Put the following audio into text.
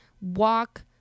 walk